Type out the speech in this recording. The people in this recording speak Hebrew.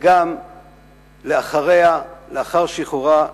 וגם לאחריה, לאחר שחרורה ואיחודה.